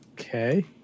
Okay